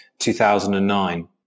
2009